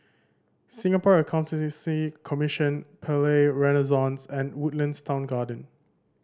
Singapore Accountancy Commission Palais Renaissance and Woodlands Town Garden